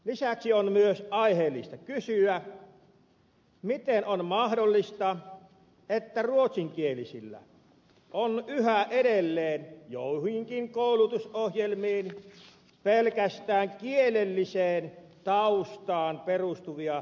lisäksi on myös aiheellista kysyä miten on mahdollista että ruotsinkielisillä on yhä edelleen joihinkin koulutusohjelmiin pelkästään kielelliseen taustaan perustuvia erikoiskiintiöitä